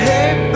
Hey